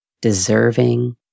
deserving